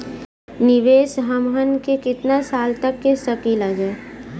निवेश हमहन के कितना साल तक के सकीलाजा?